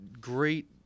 great